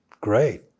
Great